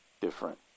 different